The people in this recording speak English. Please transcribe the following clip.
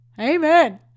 Amen